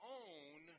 own